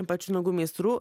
ypač nagų meistrų